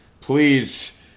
please